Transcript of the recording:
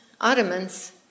Ottomans